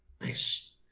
Nice